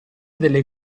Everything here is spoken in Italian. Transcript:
delle